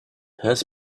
has